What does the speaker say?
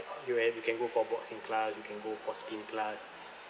you and you can go for boxing class you can go for spin class